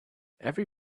every